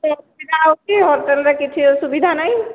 ସେ ସୁବିଧା ହେଉଛି ହୋଟେଲ୍ରେ କିଛି ସୁବିଧା ନାହିଁ